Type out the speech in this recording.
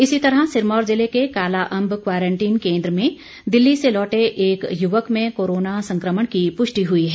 इसी तरह सिरमौर ज़िले के कालाअंब क्वारंटीन केंद्र में दिल्ली से लौटे एक युवक में कोरोना संक्रमण की पुष्टि हुई है